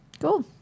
Cool